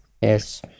Yes